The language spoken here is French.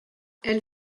elle